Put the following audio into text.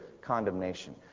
condemnation